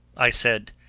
i said,